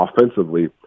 offensively